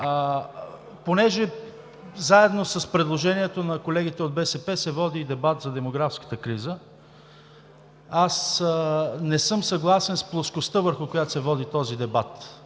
Понеже заедно с предложението на колегите от БСП се води дебат за демографската криза – аз не съм съгласен с плоскостта, върху която се води този дебат.